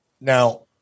Now